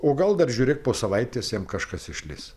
o gal dar žiūrėk po savaitės jam kažkas išlįs